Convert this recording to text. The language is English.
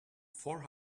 four